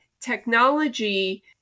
technology